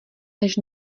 než